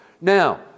Now